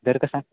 दर कसा